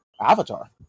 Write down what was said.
Avatar